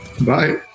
Bye